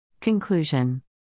Conclusion